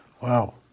Wow